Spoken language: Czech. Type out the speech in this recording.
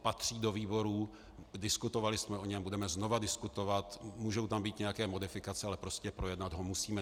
Patří do výborů, diskutovali jsme o něm, budeme znova diskutovat, můžou tam být nějaké modifikace, ale prostě projednat ho musíme.